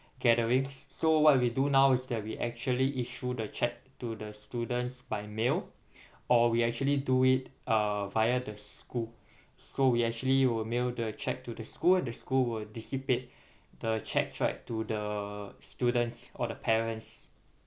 gatherings so what we do now is that we actually issue the cheque to the students by mail or we actually do it uh via the school so we actually will mail the cheque to the school the school were dissipate the cheques right to the students or the parents